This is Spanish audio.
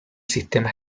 sistema